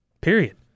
Period